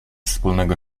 wspólnego